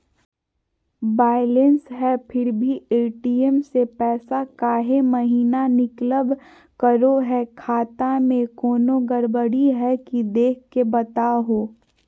Balance है फिर भी भी ए.टी.एम से पैसा काहे महिना निकलब करो है, खाता में कोनो गड़बड़ी है की देख के बताहों?